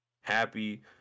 happy